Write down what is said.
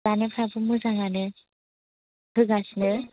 जानायफोराबो मोजांआनो होगासिनो